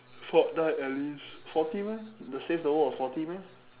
fortnite at least forty meh the save the world was forty meh